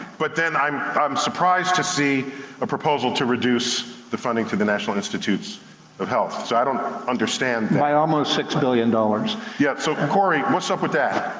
but then, i'm i'm surprised to see a proposal to reduce the funding to the national institutes of health, so i don't understand that. by almost six billion dollars. yeah, so cory, what's up with that?